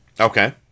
Okay